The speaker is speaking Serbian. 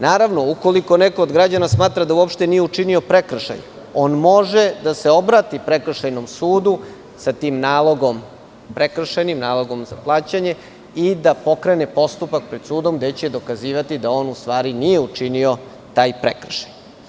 Naravno, ukoliko neko od građana smatra da uopšte nije učinio prekršaj, on može da se obrati prekršajnom sudu sa tim prekršajnim nalogom, nalogom za plaćanje, i da pokrene postupak pred sudom, gde će dokazivati da on, u stvari, nije učinio taj prekršaj.